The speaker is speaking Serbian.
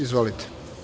Izvolite.